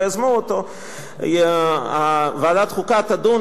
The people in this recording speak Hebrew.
בדברי ההסבר כתוב שהוועדה ציינה שבהמשך תהליך החקיקה,